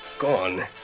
Gone